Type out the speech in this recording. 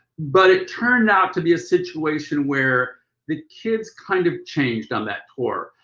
but it turned out to be a situation where the kids kind of changed on that tour.